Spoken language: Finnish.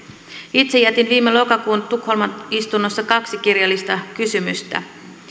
itse jätin viime lokakuun tukholman istunnossa kaksi kirjallista kysymystä